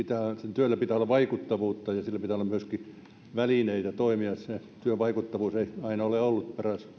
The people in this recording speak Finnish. työllä pitää olla vaikuttavuutta ja sillä pitää olla myöskin välineitä toimia sen työn vaikuttavuus ei aina ole ollut